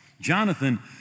Jonathan